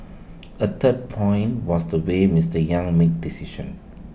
A third point was the way Mister yang made decisions